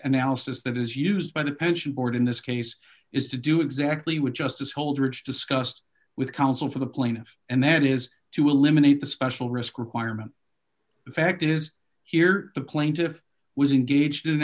analysis that is used by the pension board in this case is to do exactly what justice holdridge discussed with counsel for the plaintiff and that is to eliminate the special risk requirement the fact is here the plaintiff was engaged in a